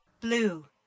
Blue